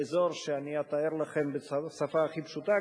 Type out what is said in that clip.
לאזור שאני אתאר לכם בשפה הכי פשוטה,